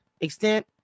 extent